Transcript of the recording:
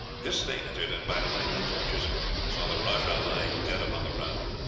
this they entered, and by the light of the torches saw the rajah lying dead upon the ground.